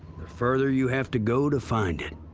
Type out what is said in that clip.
the further you have to go to find it.